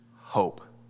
hope